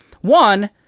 one